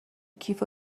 کیف